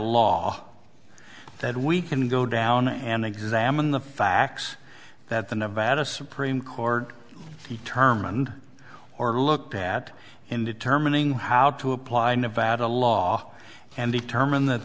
law that we can go down and examine the facts that the nevada supreme court term and or looked at in determining how to apply nevada law and determine that